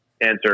answer